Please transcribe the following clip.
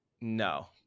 No